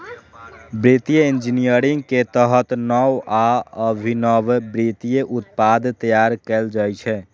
वित्तीय इंजीनियरिंग के तहत नव आ अभिनव वित्तीय उत्पाद तैयार कैल जाइ छै